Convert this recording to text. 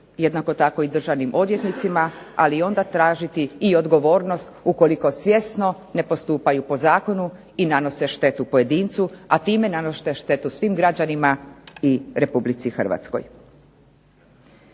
jednako tako i državnim odvjetnicima, ali onda tražiti odgovornost ukoliko svjesno ne postupaju zakonu i nanose štetu pojedincu, a time nanose svim građanima i Republici Hrvatskoj.